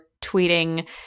tweeting